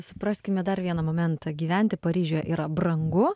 supraskime dar vieną momentą gyventi paryžiuje yra brangu